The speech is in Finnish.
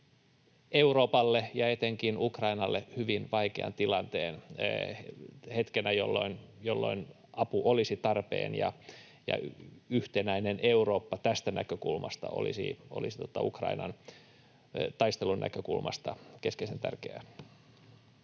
Euroopalle ja etenkin Ukrainalle hyvin vaikean tilanteen hetkenä, jolloin apu olisi tarpeen ja yhtenäinen Eurooppa olisi tästä näkökulmasta, Ukrainan taistelun näkökulmasta, keskeisen tärkeää.